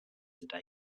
today